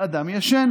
אדם ישן.